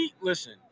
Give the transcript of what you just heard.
Listen